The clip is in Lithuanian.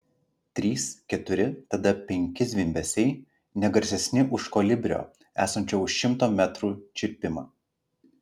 trys keturi tada penki zvimbesiai ne garsesni už kolibrio esančio už šimto metrų čirpimą